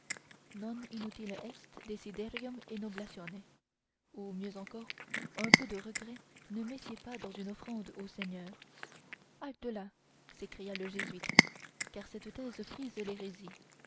non inutile est desiderium in oblatione ou mieux encore un peu de regret ne messied pas dans une offrande au seigneur halte-là s'écria le jésuite car cette thèse frise l'hérésie